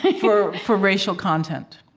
for for racial content